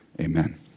Amen